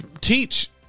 teach